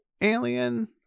alien